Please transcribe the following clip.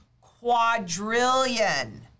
quadrillion